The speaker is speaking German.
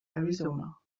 arizona